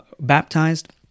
baptized